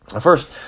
First